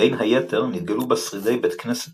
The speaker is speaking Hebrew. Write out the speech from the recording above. בין היתר נתגלו בה שרידי בית כנסת